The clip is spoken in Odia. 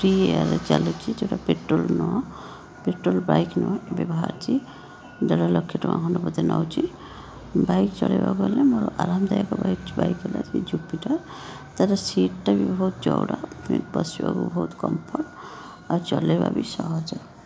ଫ୍ରି ଚାଲୁଛି ଯଉଟା ପେଟ୍ରୋଲ ନୁହେଁ ପେଟ୍ରୋଲ ବାଇକ୍ ନୁହେଁ ଏବେ ବାହାରିଛି ଦେଢ଼ ଲକ୍ଷେ ଟଙ୍କା ଖଣ୍ଡେ ବୋଧେ ନେଉଛି ବାଇକ୍ ଚଲାଇବା ମାନେ ଆରାମଦାୟକ ବାଇକ୍ ବାଇକ୍ ହେଲା ସେ ଜୁପିଟର୍ ତା'ର ସିଟ୍ଟା ବି ବହୁତ ଚଉଡ଼ା ମାନେ ବସିବାକୁ ବହୁତ କମ୍ଫର୍ଟ ଆଉ ଚଲାଇବା ବି ସହଜ